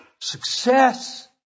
success